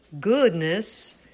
goodness